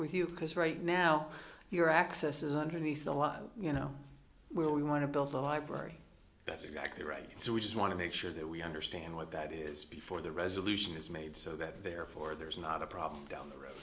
with you because right now your access is underneath a lot you know where we want to build a library that's exactly right so we just want to make sure that we understand what that is before the resolution is made so that therefore there's not a problem down the road